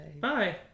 Bye